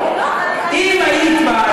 אם היית באה,